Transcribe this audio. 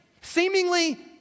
Seemingly